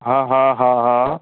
हा हा हा हा